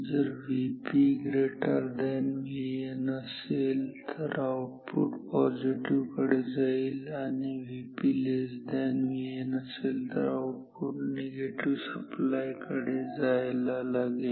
जर Vp Vn असेल तर आउटपुट पॉझिटिव्ह कडे जाईल आणि जर Vp Vn असेल तर आउटपुट निगेटिव्ह सप्लाय कडे जायला लागेल